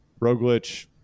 Roglic